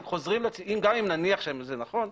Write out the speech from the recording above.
גם אם נניח שזה נכון,